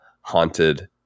Haunted